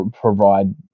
provide